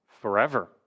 forever